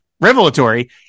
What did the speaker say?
revelatory